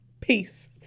Peace